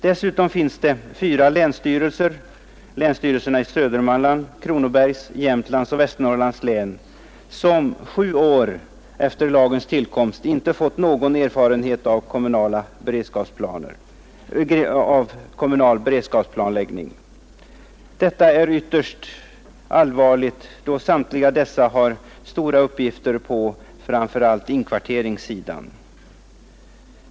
Dessutom finns det fyra länsstyrelser — länsstyrelserna i Södermanlands, Kronobergs, Jämtlands och Västernorrlands län — som sju år efter lagens ikraftträdande inte fått någon erfarenhet av kommunal beredskapsplanläggning. Det är ytterst allvarligt, då samtliga dessa har stora uppgifter på framför allt inkvarteringssidan.